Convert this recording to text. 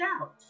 out